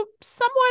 somewhat